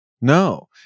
No